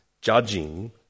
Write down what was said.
judging